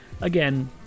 again